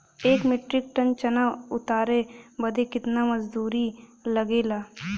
एक metric tonne चना उतारे बदे कितना मजदूरी लगे ला?